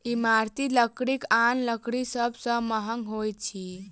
इमारती लकड़ी आन लकड़ी सभ सॅ महग होइत अछि